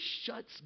shuts